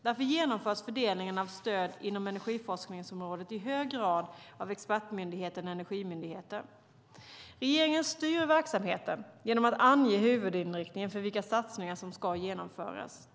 Därför genomförs fördelningen av stöd inom energiforskningsområdet i hög grad av expertmyndigheten Energimyndigheten. Regeringen styr verksamheten genom att ange huvudinriktningen för vilka satsningar som ska genomföras.